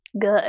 good